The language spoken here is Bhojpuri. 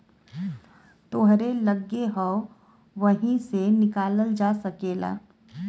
तोहरे लग्गे हौ वही से निकालल जा सकेला